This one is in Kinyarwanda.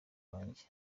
wanjye